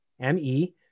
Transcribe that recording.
M-E